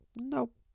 Nope